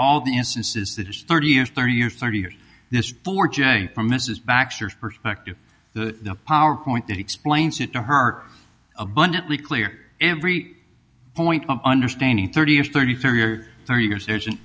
all the instances that is thirty years thirty years thirty years this for jay or mrs baxter perspective the power point that explains it to her abundantly clear every point of understanding thirty thirty thirty or thirty years there's an